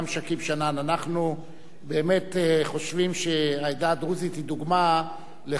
אנחנו באמת חושבים שהעדה הדרוזית היא דוגמה לכך שאנחנו,